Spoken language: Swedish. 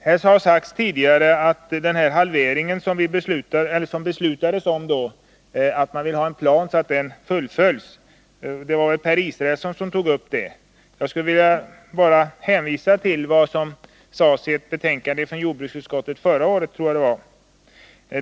Här har tidigare sagts att man vill ha en plan för att fullfölja den halvering som vi då fattade beslut om. Jag tror att det var Per Israelsson som tog upp detta. Jag vill bara hänvisa till vad som förra året — jag tror i alla fall att det var då — sades i ett betänkande från jordbruksutskottet.